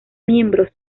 miembros